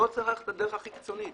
לא צריך ללכת לדרך הכי קיצונית,